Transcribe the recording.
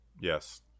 Yes